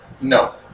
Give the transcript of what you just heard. no